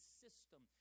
system